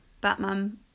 Batman